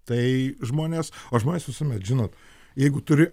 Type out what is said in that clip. tai žmonės o žmonės visuomet žinot jeigu turi